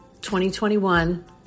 2021